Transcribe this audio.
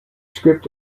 script